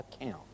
account